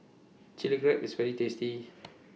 Chilli Crab IS very tasty